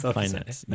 finance